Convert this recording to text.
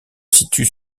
situe